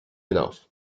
enough